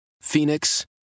Phoenix